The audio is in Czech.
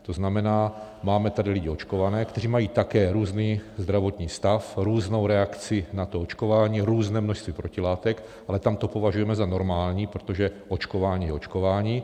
To znamená, máme tady lidi očkované, kteří mají také různý zdravotní stav, různou reakci na očkování, různé množství protilátek, ale tam to považujeme za normální, protože očkování je očkování.